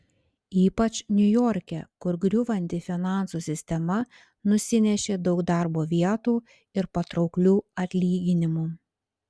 ypač niujorke kur griūvanti finansų sistema nusinešė daug darbo vietų ir patrauklių atlyginimų